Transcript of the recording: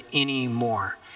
anymore